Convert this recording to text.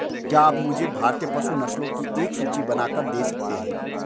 क्या आप मुझे भारतीय पशु नस्लों की एक सूची बनाकर दे सकते हैं?